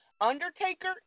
Undertaker